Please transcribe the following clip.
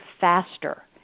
faster